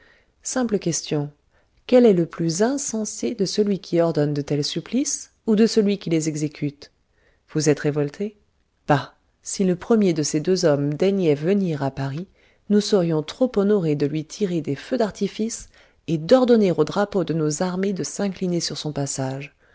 simple question quel est le plus insensé de celui qui ordonne de tels supplices ou de celui qui les exécute vous êtes révoltés bah si le premier de ces deux hommes daignait venir à paris nous serions trop honorés de lui tirer des feux d'artifice et d'ordonner aux drapeaux de nos armées de s'incliner sur son passage